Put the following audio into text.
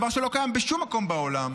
דבר שלא קיים בשום מקום בעולם,